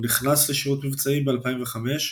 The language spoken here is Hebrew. הוא נכנס לשירות מבצעי ב-2005.